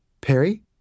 Perry